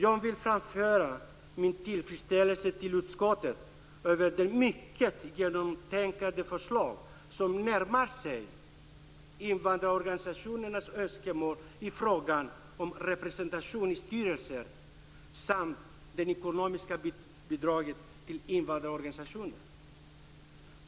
Jag vill framföra min tillfredsställelse till utskottet över det mycket genomtänkta förslag som närmar sig invandrarorganisationernas önskemål i fråga om representation i styrelser samt det ekonomiska bidraget till invandrarorganisationerna.